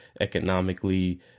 economically